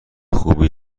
خوبی